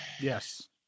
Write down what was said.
yes